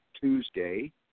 Tuesday